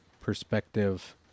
perspective